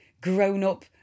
grown-up